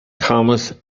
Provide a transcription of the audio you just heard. thomas